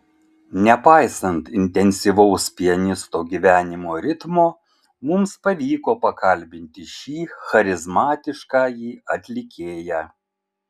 nepaisant intensyvaus pianisto gyvenimo ritmo mums pavyko pakalbinti šį charizmatiškąjį atlikėją